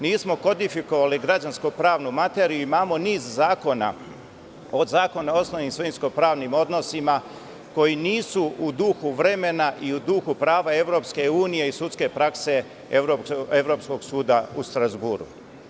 Nismo kodifikovali građansko-pravnu materiju i imamo niz zakona, od Zakona o osnovnim svojinsko - pravnim odnosima, koji nisu u duhu vremena i u duhu prava Evropske unije i sudske prakse Evropskog suda u Strazburu.